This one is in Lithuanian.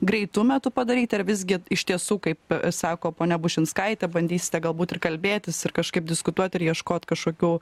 greitu metu padaryti ar visgi iš tiesų kaip sako ponia bušinskaitė bandysite galbūt ir kalbėtis ir kažkaip diskutuoti ir ieškot kažkokių